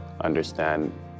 understand